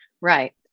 Right